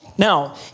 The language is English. Now